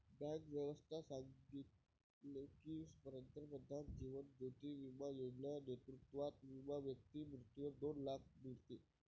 bank व्यवस्था सांगितले की, पंतप्रधान जीवन ज्योती बिमा योजना नेतृत्वात विमा व्यक्ती मृत्यूवर दोन लाख मीडते